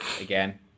again